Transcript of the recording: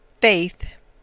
Faith